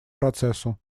процессу